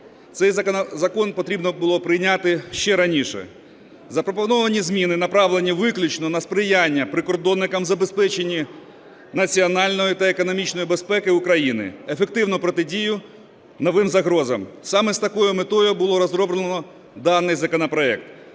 Цей закон потрібно було прийняти ще раніше. Запропоновані зміни направлені виключно на сприяння прикордонникам в забезпечені національної та економічної безпеки України, ефективну протидію новим загрозам. Саме з такою метою було розроблено даний законопроект.